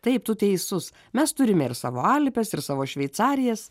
taip tu teisus mes turime ir savo alpes ir savo šveicarijas